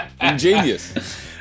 Ingenious